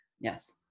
yes